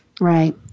Right